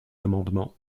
amendement